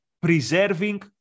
preserving